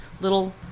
little